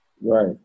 Right